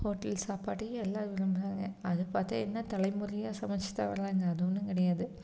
hotel சாப்பாடு எல்லோரும் விரும்புகிறாங்க அது பார்த்தா என்ன தலை முறையாக சமைச்சு தான் வராங்க அது ஒன்றும் கிடையாது